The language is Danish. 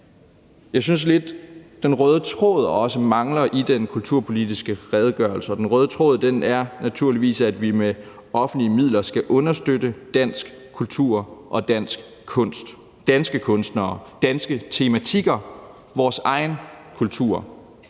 Jeg synes lidt, at den røde tråd også mangler i den kulturpolitiske redegørelse, og den røde tråd er naturligvis, at vi med offentlige midler skal understøtte dansk kultur og dansk kunst, danske kunstnere, danske tematikker, vores egen kultur.